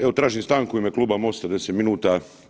Evo, tražim stanku u ime Kluba Mosta 10 minuta.